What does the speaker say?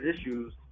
issues